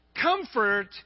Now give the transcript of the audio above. comfort